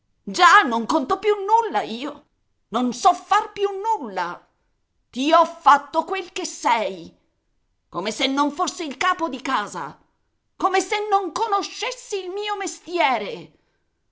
già non conto più nulla io non so far più nulla ti ho fatto quel che sei come se non fossi il capo di casa come se non conoscessi il mio mestiere